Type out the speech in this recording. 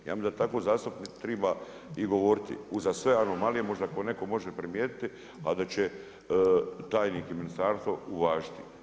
Ja mislim da takav zastupnik treba i govoriti, uza sve anomalije možda to netko može primijetiti, a da će tajnik ili ministarstvo uvažiti.